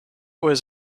was